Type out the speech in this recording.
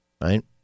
Right